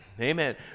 Amen